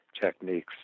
techniques